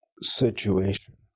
situation